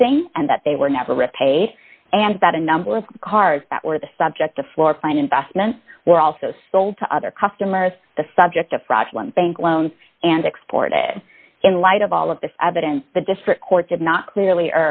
missing and that they were never repay and that a number of cars that were the subject the floorplan investments were also sold to other customers the subject of fraudulent bank loans and exported in light of all of this evidence the district court did not clearly